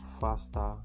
faster